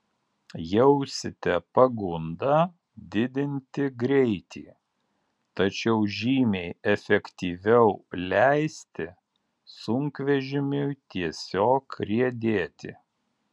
jausite pagundą didinti greitį tačiau žymiai efektyviau leisti sunkvežimiui tiesiog riedėti